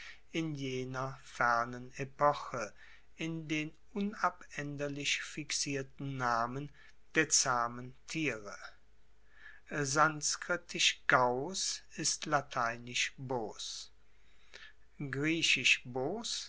in jener fernen epoche in den unabaenderlich fixierten namen der zahmen tiere sanskritisch gus ist lateinisch bos griechisch